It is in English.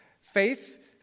Faith